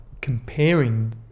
comparing